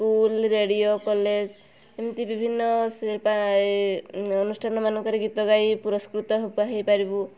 school radio college ଏମିତି ବିଭିନ୍ନ ଅନୁଷ୍ଠାନ ମାନଙ୍କରେ ଗୀତ ଗାଇ ପୁରସ୍କୃତ ହେଇପାରିବୁ